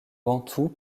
bantoues